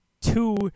two